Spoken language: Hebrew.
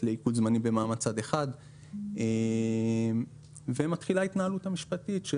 לעיקול זמני במעמד צד אחד ומתחילה ההתנהלות המשפטית.